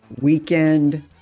weekend